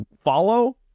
Follow